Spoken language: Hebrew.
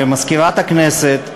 למזכירת הכנסת,